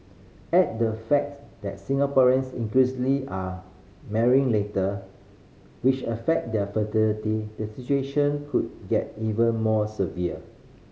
add the facts that Singaporeans increasingly are marrying later which affect their fertility the situation could get even more severe